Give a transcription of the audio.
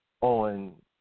on